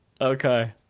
Okay